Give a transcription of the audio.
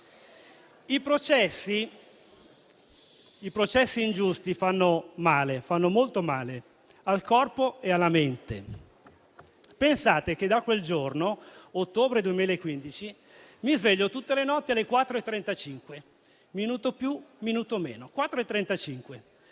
I processi ingiusti fanno male. Fanno molto male, al corpo e alla mente. Pensate che da quel giorno, ottobre 2015, mi sveglio tutte le notti alle ore 4,35, minuto più, minuto meno.